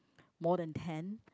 more than ten